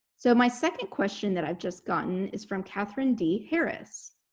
so my second question that i've just gotten is from katherine d. harris.